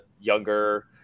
younger